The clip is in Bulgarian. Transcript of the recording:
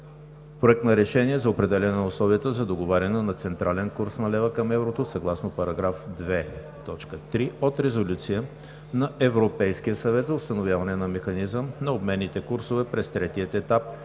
Проект на Решение за определяне на условията за договаряне на централен курс на лева към еврото съгласно параграф 2.3 от Резолюция на Европейския съюз за установяване на механизъм на обменните курсове през третия етап